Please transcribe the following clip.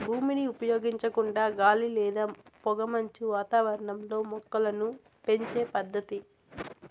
భూమిని ఉపయోగించకుండా గాలి లేదా పొగమంచు వాతావరణంలో మొక్కలను పెంచే పద్దతి